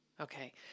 Okay